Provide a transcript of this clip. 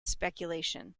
speculation